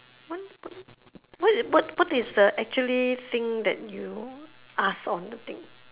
one what what what what is the actually thing that you ask on the thing